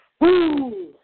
Woo